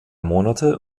monate